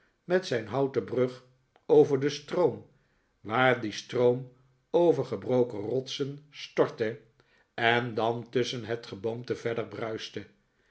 met zijn houten brug over den stroom waar die stroom over gebroken rotsen stortte en dan tusschen het geboomte verder bruiste